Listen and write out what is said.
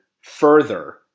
further